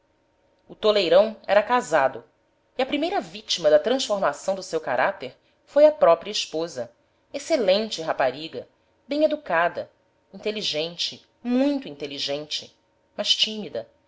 o toleirão era casado e a primeira vítima da transformação do seu caráter foi a própria esposa excelente rapariga bem educada inteligente muito inteligente mas tímida